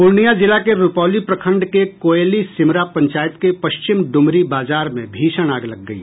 पूर्णिया जिला के रुपौली प्रखंड के कोयली सिमरा पंचायत के पश्चिम डुमरी बाजार में भीषण आग लग गई